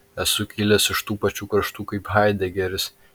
esu kilęs iš tų pačių kraštų kaip haidegeris